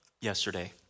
yesterday